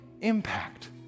impact